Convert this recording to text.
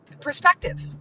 perspective